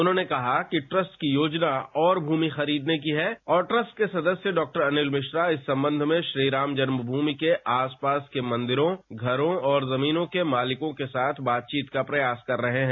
उन्होंने कहा कि ट्रस्ट की योजना और भूमि खरीदने की है और ट्रस्ट के सदस्य डॉ अनिल मिश्रा इस संबंध में श्री राम जन्मभूमि के आसपास के मंदिरों घरों और जमीनों के मालिकों के साथ बातचीत का प्रयास कर रहे हैं